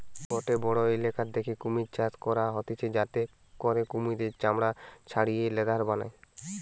গটে বড়ো ইলাকা দ্যাখে কুমির চাষ করা হতিছে যাতে করে কুমিরের চামড়া ছাড়িয়ে লেদার বানায়